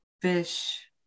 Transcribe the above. fish